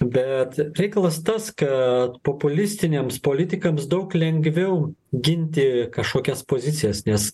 bet reikalas tas kad populistiniams politikams daug lengviau ginti kažkokias pozicijas nes